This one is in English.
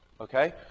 Okay